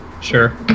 Sure